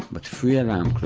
but three alarm clocks,